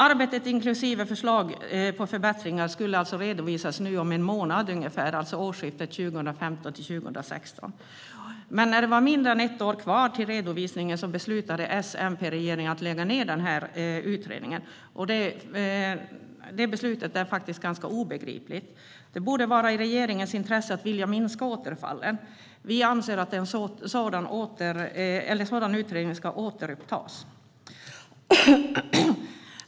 Arbetet inklusive förslag på förbättringar skulle redovisas vid årsskiftet 2015/16, det vill säga om ungefär en månad. Men när det var mindre än ett år kvar till redovisningen beslutade S-MP-regeringen att lägga ned utredningen. Beslutet är obegripligt. Det borde ligga i regeringens intresse att minska återfallen. Vi anser att utredningen måste återupptas.